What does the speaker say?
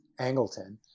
Angleton